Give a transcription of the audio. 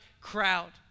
crowd